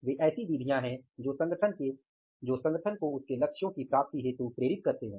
वे ऐसी विधियाँ हैं जो संगठन को उसके लक्ष्यों की प्राप्ति हेतु प्रेरित करते हैं